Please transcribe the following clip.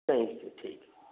ठीक छै ठीक छै